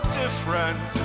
different